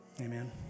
Amen